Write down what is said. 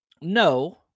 no